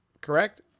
correct